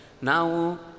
Now